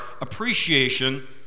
appreciation